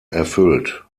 erfüllt